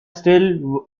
still